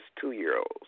two-year-olds